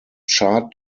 chart